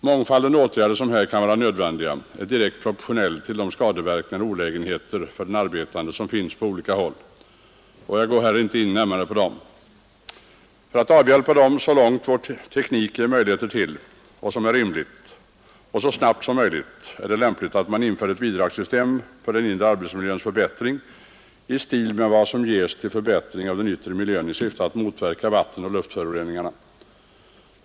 Mångfalden åtgärder som här kan vara nödvändiga är direkt proportionell till de skadeverkningar och olägenheter för den arbetande människan som finns på olika håll, och jag går här inte närmare in på dessa. För att avhjälpa dem så långt vår teknik ger möjligheter, så långt som är rimligt och så snabbt som möjligt är det lämpligt att införa ett bidragssystem för den inre arbetsmiljöns förbättring i stil med det som finns när det gäller förbättring av den yttre miljön i syfte att motverka vattenoch luftföroreningarna.